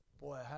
Boy